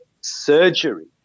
surgery